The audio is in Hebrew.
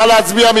נא להצביע.